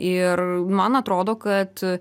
ir man atrodo kad